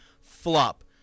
flop